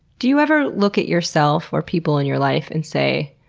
do you ever look at yourself, or people in your life and say,